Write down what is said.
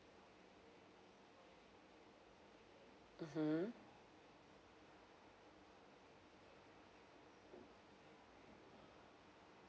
mmhmm